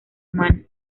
humana